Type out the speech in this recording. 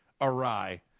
awry